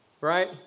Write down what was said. right